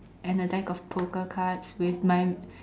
and a deck of poker cards with my